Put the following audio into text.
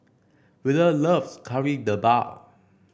wheeler loves Kari Debal